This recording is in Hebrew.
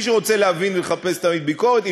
מי שרוצה להבין ולחפש תמיד ביקורת,